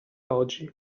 oggi